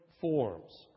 forms